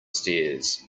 stairs